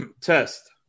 Test